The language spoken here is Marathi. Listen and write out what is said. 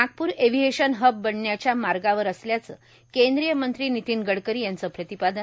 नागपूर एव्हिएशन हब बनण्याच्या मार्गावर असल्याचं केंद्रीय मंत्री नितीन गडकरी यांचं प्रतिपादन